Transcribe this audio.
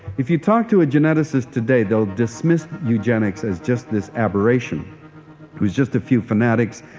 if you talk to a geneticist today they'll dismiss eugenics as just this aberration it was just a few fanatics,